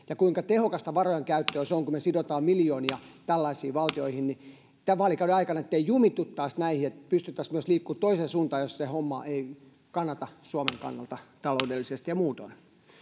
ja kuinka tehokasta varojen käyttöä se on kun me sidomme miljoonia tällaisiin valtioihin niin ettemme tämän vaalikauden aikana jumittuisi näihin ja että pystyisimme myös liikkumaan toiseen suuntaan jos se homma ei kannata suomen kannalta taloudellisesti ja muutoin